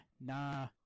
nah